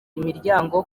imiryango